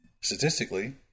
Statistically